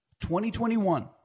2021